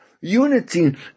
unity